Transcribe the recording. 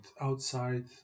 outside